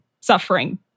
suffering